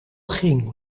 ging